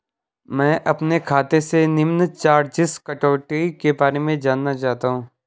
मैं अपने खाते से निम्न चार्जिज़ कटौती के बारे में जानना चाहता हूँ?